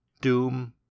Doom